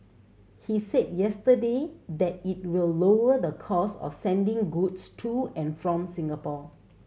he said yesterday that it will lower the cost of sending goods to and from Singapore